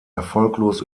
erfolglos